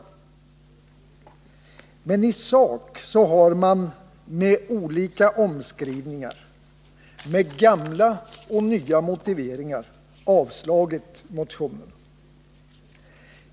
Men i sak har man med olika omskrivningar — med gamla och nya motiveringar — avstyrkt motionerna.